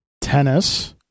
Tennis